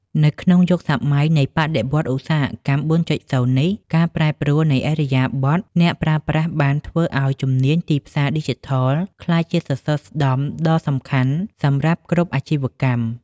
នៅក្នុងយុគសម័យនៃបដិវត្តន៍ឧស្សាហកម្ម ៤.០ នេះ ការប្រែប្រួលនៃឥរិយាបថអ្នកប្រើប្រាស់បានធ្វើឱ្យជំនាញទីផ្សារឌីជីថលក្លាយជាសសរស្តម្ភដ៏សំខាន់សម្រាប់គ្រប់អាជីវកម្ម។